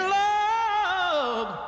love